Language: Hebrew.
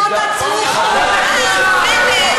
בן ארי,